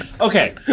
okay